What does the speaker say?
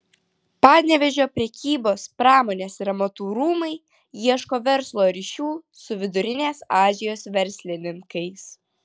panevėžio prekybos pramonės ir amatų rūmai ieško verslo ryšių su vidurinės azijos verslininkais